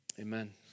amen